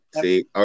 see